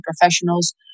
professionals